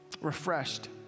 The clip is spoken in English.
refreshed